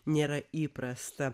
nėra įprasta